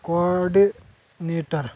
coordinator